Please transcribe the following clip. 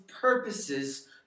purposes